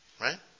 right